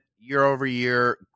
year-over-year